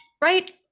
right